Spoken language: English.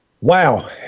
wow